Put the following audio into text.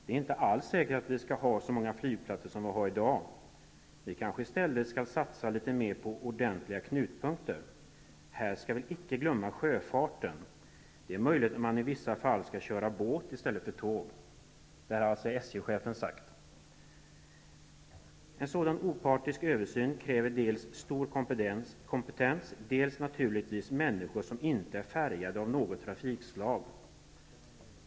Det är inte alls säkert att vi skall ha flygplatser som vi har i dag. Vi kanske i stället skall satsa litet mer på ordentliga knutpunkter. Här skall vi inte glömma sjöfarten. Det är möjligt att man i vissa fall skall köra båt i stället för tåg. En sådan opartisk översyn kräver dels stor kompetens, dels naturligtvis människor som inte är färgade av något trafikslag.